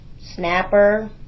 snapper